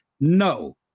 No